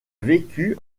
vécu